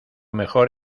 mejor